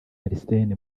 arsene